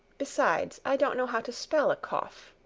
besides, i don't know how to spell a cough.